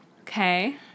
Okay